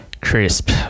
Crisp